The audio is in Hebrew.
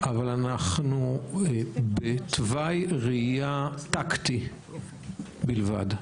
אבל אנחנו בתוואי ראייה טקטי בלבד.